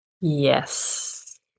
Yes